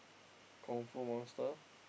kung-fu master